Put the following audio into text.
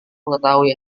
mengetahui